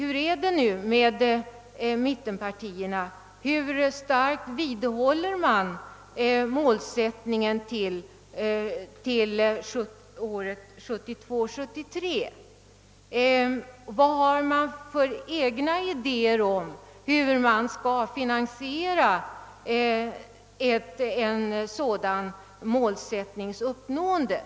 Hur starkt vidhåller mittenpartierna kravet att mål. sättningen skall vara uppnådd budgetåret 1972/73? Vilka egna idéer har mittenpartierna om hur uppnåendet av en sådan målsättning skall finansieras?